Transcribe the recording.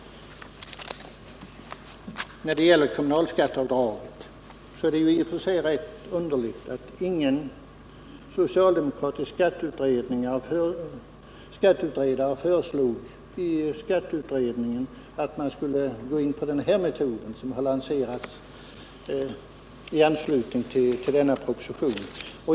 När det gäller kommunalskatteavdraget är det rätt underligt att ingen socialdemokratisk skatteutredare i skatteutredningen föreslog att man skulle gå in för den metod som har lanserats i anslutning till denna proposition.